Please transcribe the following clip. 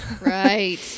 Right